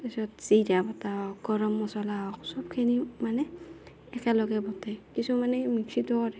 তাৰপিছত জিৰা বটা হওক গৰম মচলা হওক চবখিনি মানে একেলগে বটে কিছুমানে মিক্সিতো কৰে